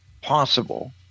possible